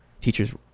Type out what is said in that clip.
teacher's